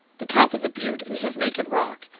the top of the butte is of naked rock,